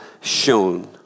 shown